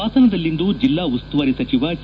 ಹಾಸನದಲ್ಲಿಂದು ಜಿಲ್ಲಾ ಉಸ್ತುವಾರಿ ಸಚಿವ ಕೆ